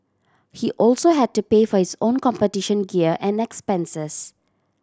he also had to pay for his own competition gear and expenses